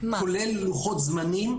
כולל לוחות זמנים לעמוד בהם.